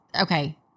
Okay